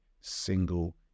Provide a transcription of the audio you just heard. single